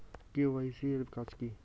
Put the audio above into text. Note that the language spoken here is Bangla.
কে.ওয়াই.সি এর কাজ কি?